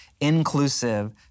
inclusive